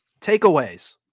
Takeaways